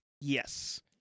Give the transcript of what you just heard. Yes